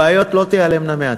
הבעיות לא תיעלמנה מעצמן.